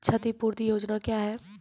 क्षतिपूरती योजना क्या हैं?